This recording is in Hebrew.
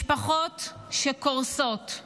משפחות שקורסות,